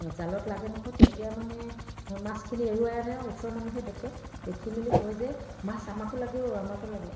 জালত লাগে নহয় তেতিয়া মানে মাছখিনি এৰুৱাই আনে আৰু মাছখিনি ওচৰৰ মানুহে দেখে দেখি মেলি কয় যে মাছ আমাকো লাগে অ' আমাকো লাগে